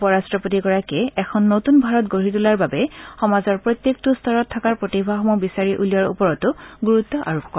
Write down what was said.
উপ ৰাট্টপতিগৰাকীয়ে এখন নতূন ভাৰত গঢ়ি তোলাৰ বাবে সমাজৰ প্ৰত্যেকটো স্তৰত থকা প্ৰতিভাসমূহক বিচাৰি উলিওৱাৰ ওপৰতো গুৰুত্ব আৰোপ কৰে